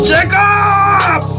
Jacob